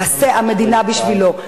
תעשה המדינה בשבילו.